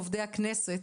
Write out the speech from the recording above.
עובדי הכנסת